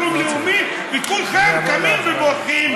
ואז מצב חירום לאומי וכולכם קמים ובורחים.